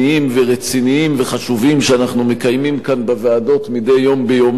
ורציניים וחשובים שאנחנו מקיימים כאן בוועדות מדי יום ביומו,